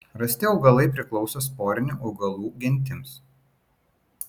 rasti augalai priklauso sporinių augalų gentims